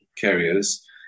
carriers